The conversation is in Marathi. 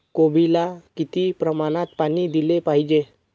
कोबीला किती प्रमाणात पाणी दिले पाहिजे?